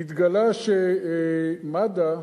התגלה שמד"א,